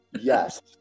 Yes